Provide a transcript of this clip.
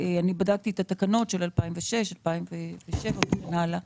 בדקתי את התקנות מ-2006, מ-2007 וכן הלאה.